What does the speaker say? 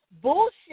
bullshit